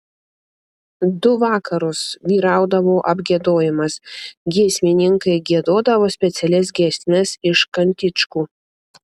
du vakarus vyraudavo apgiedojimas giesmininkai giedodavo specialias giesmes iš kantičkų